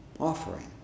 offering